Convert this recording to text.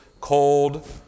cold